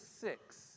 six